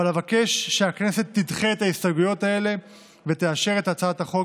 אבל אבקש שהכנסת תדחה את ההסתייגויות האלה ותאשר את הצעת החוק